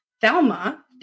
Thelma